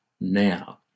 now